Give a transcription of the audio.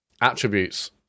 attributes